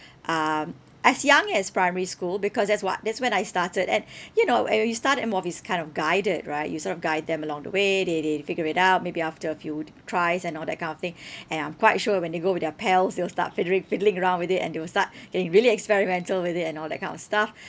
um as young as primary school because that's what that's when I started and you know and when we start them off it's kind of guided right you sort of guide them along the way they they figure it out maybe after a few tries and all that kind of thing and I'm quite sure when they go with their pals they will start fiddling fiddling around with it and they will start getting really experimental with it and all that kind of stuff